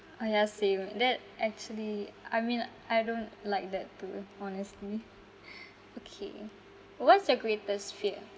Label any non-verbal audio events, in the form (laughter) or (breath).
oh ya same that actually I mean I don't like that too honestly (breath) okay what's your greatest fear